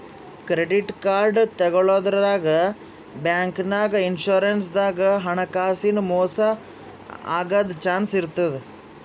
credit card ತಗೋಳಾದ್ರಾಗ್, ಬ್ಯಾಂಕ್ನಾಗ್, insurance ದಾಗ್ ಹಣಕಾಸಿನ್ ಮೋಸ್ ಆಗದ್ ಚಾನ್ಸ್ ಇರ್ತದ್